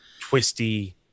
twisty